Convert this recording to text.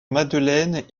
madeleine